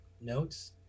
notes